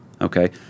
okay